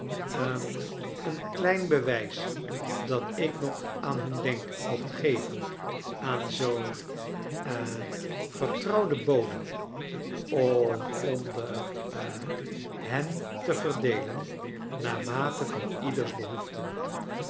hm een klein be wij s dat ik nog aan hun denk mocht geven aan zoo'n ha vertrouwden bode om onder ha hen te verdeelen naarmate van ieders behoeften